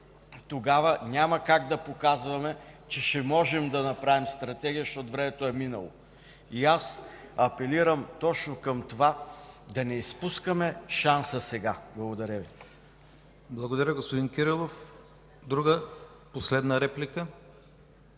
Тогава няма как да показваме, че ще можем да направим стратегия, защото времето е минало. Аз апелирам точно към това – да не изпускаме шанса сега. Благодаря. ПРЕДСЕДАТЕЛ ИВАН ИВАНОВ: Благодаря, господин Кирилов. Друга, последна реплика?